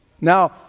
Now